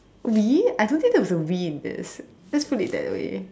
we I don't think that there was a we in this let's put it that way